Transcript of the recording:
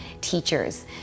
Teachers